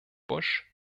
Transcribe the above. bush